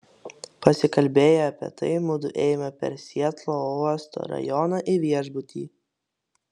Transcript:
pasikalbėję apie tai mudu ėjome per sietlo uosto rajoną į viešbutį